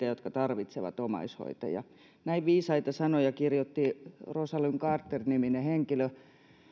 jotka tarvitsevat omaishoitajia näin viisaita sanoja kirjoitti rosalynn carter niminen henkilö